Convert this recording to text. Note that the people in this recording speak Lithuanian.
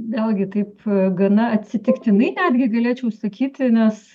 vėlgi taip gana atsitiktinai netgi galėčiau sakyti nes